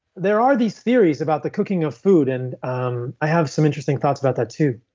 there are these theories about the cooking of food. and um i have some interesting thoughts about that, too.